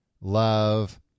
love